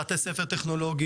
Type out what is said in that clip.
בתי ספר טכנולוגיים,